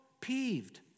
peeved